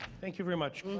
thank you very much.